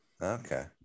Okay